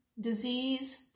disease